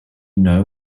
know